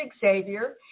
Xavier